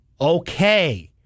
okay